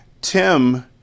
Tim